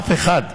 אף אחד.